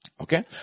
Okay